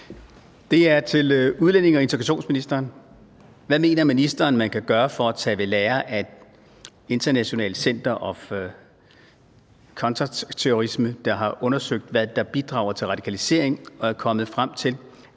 697 8) Til udlændinge- og integrationsministeren af: Nils Sjøberg (RV): Hvad mener ministeren man kan gøre for at tage ved lære af International Centre for Counter-Terrorism, der har undersøgt, hvad der bidrager til radikalisering, og er kommet frem til,